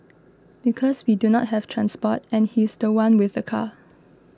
because we do not have transport and he's the one with the car